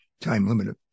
time-limited